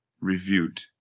reviewed